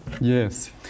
Yes